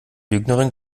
lügnerin